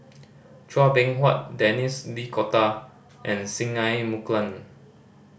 Chua Beng Huat Denis D'Cotta and Singai Mukilan